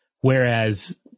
Whereas